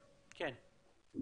כן.